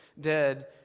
dead